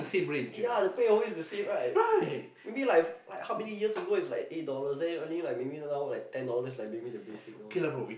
ya the pay always the same right maybe like like how many years ago is like eight dollars then only like maybe now like ten dollars like maybe the basic lor